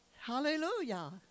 Hallelujah